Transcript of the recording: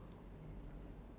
waste time